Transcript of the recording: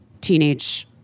teenage